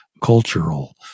Cultural